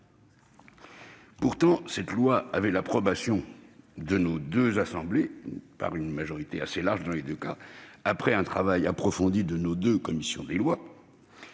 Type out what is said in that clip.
Pourtant, cette loi avait reçu l'approbation des deux assemblées, avec une majorité assez large dans les deux cas et après un travail approfondi de leurs commissions des lois